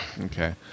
Okay